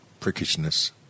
prickishness